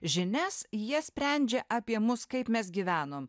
žinias jie sprendžia apie mus kaip mes gyvenom